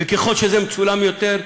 וככל שזה מצולם יותר,